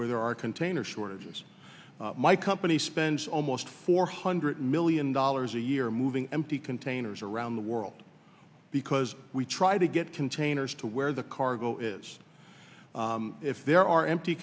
where there are container shortages my company spends almost four hundred million dollars a year we are moving empty containers around the world because we try to get containers to where the cargo is if there are empty